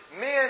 men